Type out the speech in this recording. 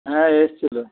হ্যাঁ এসছিলো